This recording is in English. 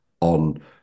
on